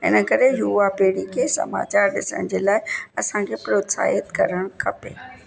हिन करे युवा पीड़ी खे समाचार ॾिसण जे लाइ असांखे प्रोत्साहित करणु खपे